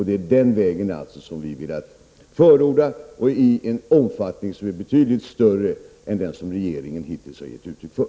Det är den vägen som vi har velat förorda i betydligt större omfattning än regeringen hittills har gett uttryck för.